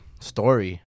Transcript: story